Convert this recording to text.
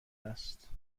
است